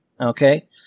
Okay